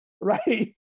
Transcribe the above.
right